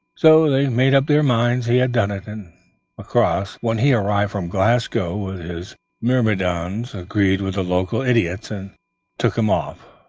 so they made up their minds he had done it and macross, when he arrived from glasgow with his myrmidons, agreed with the local idiots, and took him off.